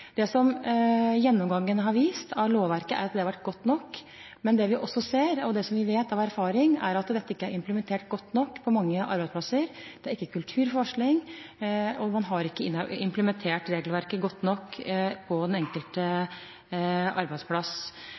Gjennomgangen av lovverket har vist at det er godt nok, men det vi også ser – og vet av erfaring – er at dette ikke er implementert godt nok på mange arbeidsplasser. Det er ikke kultur for varsling, og man har ikke implementert regelverket godt nok på den enkelte arbeidsplass.